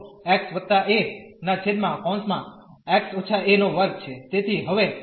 તેથી આપણી પાસે છે